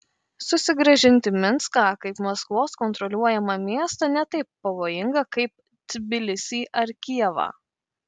susigrąžinti minską kaip maskvos kontroliuojamą miestą ne taip pavojinga kaip tbilisį ar kijevą